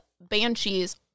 Banshees